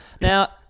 Now